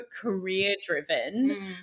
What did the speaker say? career-driven